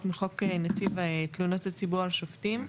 מחוק נציב תלונות הציבור על שופטים,